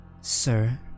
Sir